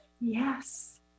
Yes